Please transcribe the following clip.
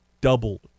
doubled